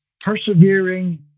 persevering